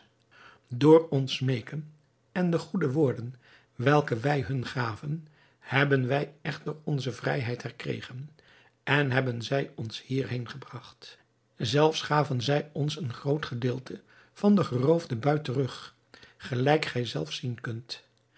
door ons smeeken en de goede woorden welke wij hun gaven hebben wij echter onze vrijheid herkregen en hebben zij ons hierheen gebragt zelfs gaven zij ons een groot gedeelte van den geroofden buit terug gelijk gij zelf zien kunt